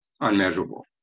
unmeasurable